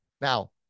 now